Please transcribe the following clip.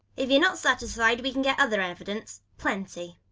if you're not satisfied, we can get other evidence plenty.